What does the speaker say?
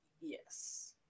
Yes